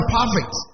perfect